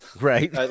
Right